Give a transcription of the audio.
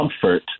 comfort